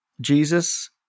Jesus